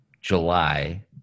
July